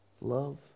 love